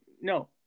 no